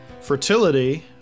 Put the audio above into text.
Fertility